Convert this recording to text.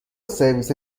سرویس